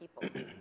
people